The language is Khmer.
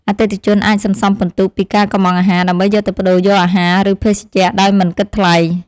អតិថិជនអាចសន្សំពិន្ទុពីការកុម្ម៉ង់អាហារ ដើម្បីយកទៅប្តូរយកអាហារឬភេសជ្ជៈដោយមិនគិតថ្លៃ។